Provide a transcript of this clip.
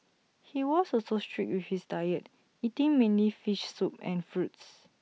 he was also strict with his diet eating mainly fish soup and fruits